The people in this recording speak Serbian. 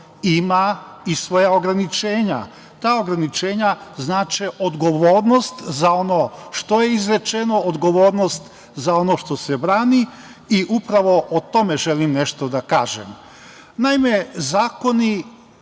ima i svoja ograničenja. Ta ograničenja znače odgovornost za ono što je izrečeno, odgovornost za ono što se brani i upravo o tome želim nešto da kažem. Naime, zakoni